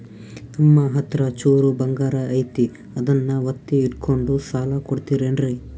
ನಮ್ಮಹತ್ರ ಚೂರು ಬಂಗಾರ ಐತಿ ಅದನ್ನ ಒತ್ತಿ ಇಟ್ಕೊಂಡು ಸಾಲ ಕೊಡ್ತಿರೇನ್ರಿ?